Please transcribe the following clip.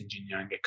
Engineering